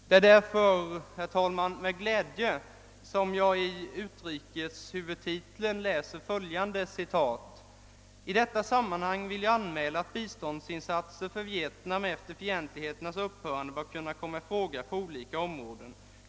Det är därför, herr talman, som jag med glädje i utrikeshuvudtiteln läser följande: »I detta sammanhang vill jag anmäla, att biståndsinsatser för Vietnam efter fientligheternas upphörande bör kunna komma i fråga på olika områden.